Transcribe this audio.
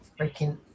freaking